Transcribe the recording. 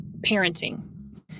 parenting